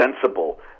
Sensible